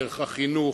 דרך החינוך,